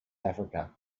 africa